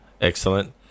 Excellent